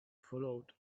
followed